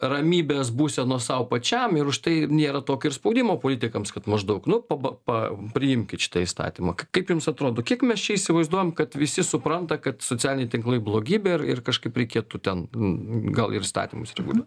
ramybės būsenos sau pačiam ir už tai nėra tokio ir spaudimo politikams kad maždaug nu paba pa priimkit šitą įstatymą k kaip jums atrodo kiek mes čia įsivaizduojam kad visi supranta kad socialiniai tinklai blogybė ir ir kažkaip reikėtų ten n gal ir įstatymus reguliuot